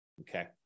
okay